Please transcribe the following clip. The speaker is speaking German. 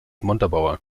montabaur